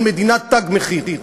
של מדינת "תג מחיר",